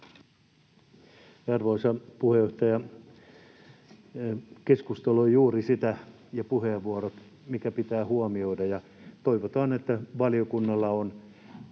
Arvoisa puheenjohtaja! Keskustelu ja puheenvuorot ovat juuri sitä, mikä pitää huomioida. Toivotaan, että valiokunnalla on